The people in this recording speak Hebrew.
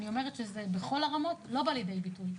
אני אומרת שזה בכל הרמות, לא בא לידי ביטוי.